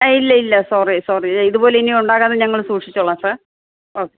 ഇല്ല ഇല്ല sorry sorry ഇതാ ഇതുപോലെ ഇനി ഉണ്ടാകാതെ ഞങ്ങൾ സൂക്ഷിച്ചോളാം സാർ ഓക്കെ